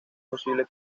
posible